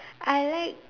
I like